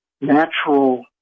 natural